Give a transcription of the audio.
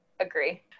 Agree